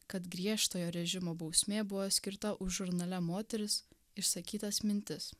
kad griežtojo režimo bausmė buvo skirta už žurnale moteris išsakytas mintis